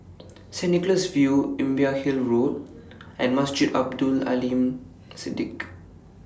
Saint Nicholas View Imbiah Hill Road and Masjid Abdul Aleem Siddique